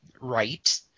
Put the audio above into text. right